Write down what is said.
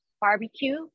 barbecue